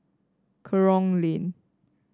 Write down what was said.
Kerong Lane